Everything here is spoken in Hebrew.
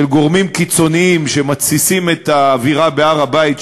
גורמים קיצוניים שמתסיסים את האווירה בהר-הבית,